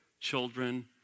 Children